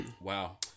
wow